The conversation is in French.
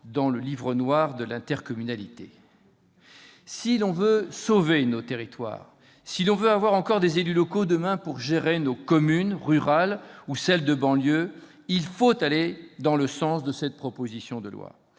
déjà ce phénomène voilà douze ans, dans Si l'on veut sauver nos territoires, si l'on veut trouver encore des élus locaux, demain, pour gérer nos communes rurales ou celles de banlieue, il faut aller dans le sens de cette proposition de loi.